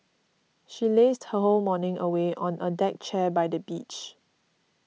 she lazed her whole morning away on a deck chair by the beach